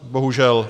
Bohužel.